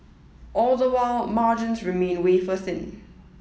all the while margins remain wafer thin